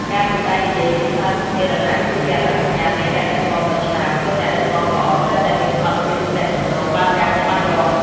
ការពូកែនិយាយជាសាធារណៈគឺជាអត្តសញ្ញាណនៃអ្នកដឹកនាំដ៏ឆ្នើម ព្រោះអ្នកដឹកនាំល្អត្រូវតែមានសមត្ថភាពទំនាក់ទំនងបានយ៉ាងច្បាស់លាស់។